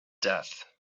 death